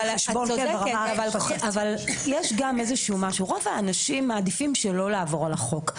את צודקת אבל רוב האנשים מעדיפים שלא לעבור על החוק,